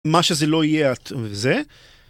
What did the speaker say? מה שזה לא יהיה את, זה.